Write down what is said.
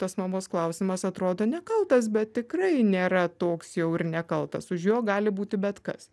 tas mamos klausimas atrodo nekaltas bet tikrai nėra toks jau ir nekaltas už jo gali būti bet kas